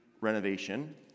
renovation